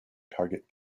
target